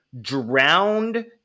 drowned